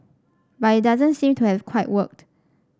but it doesn't seem to have quite worked